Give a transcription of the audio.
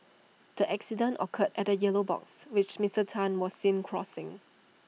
the accident occurred at A yellow box which Mister Tan was seen crossing